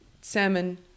Salmon